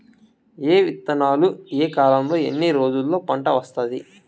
ఏ విత్తనాలు ఏ కాలంలో ఎన్ని రోజుల్లో పంట వస్తాది?